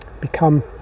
become